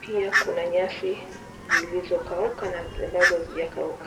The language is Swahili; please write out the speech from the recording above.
pia kuna nyasi zilizo kauka na ambazo hazijakauka.